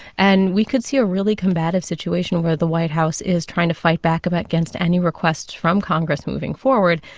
and we could see a really combative situation where the white house is trying to fight back about against any requests from congress moving forward.